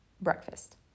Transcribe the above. breakfast